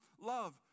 love